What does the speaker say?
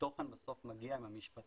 התוכן מגיע בסוף מהמשרדים